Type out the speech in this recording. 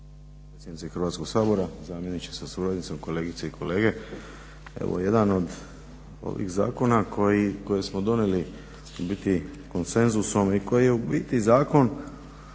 Hrvatskog sabora, zamjeniče sa suradnicom, kolegice i kolege. Evo jedan od ovih zakona koje smo donijeli u biti konsenzusom i koji je u biti zakon